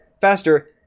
faster